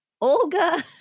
Olga